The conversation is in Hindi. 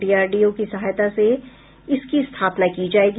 डीआरडीओ की सहायता से इसकी स्थापना की जायेगी